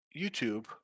YouTube